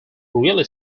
really